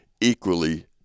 equally